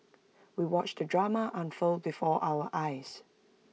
we watched the drama unfold before our eyes